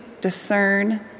discern